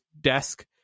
desk